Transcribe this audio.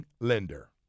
Lender